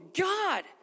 God